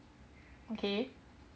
okay